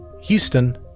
Houston